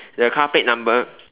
the car plate number